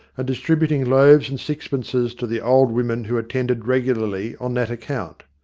distributing loaves and sixpences to the old women who attended regularly on that account.